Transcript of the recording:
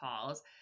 calls